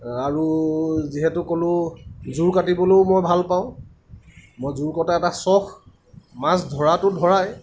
আৰু যিহেতু ক'লোঁ জুৰ কাটিবলৈও মই ভাল পাওঁ মই জুৰ কটা এটা চখ মাছ ধৰাটো ধৰাই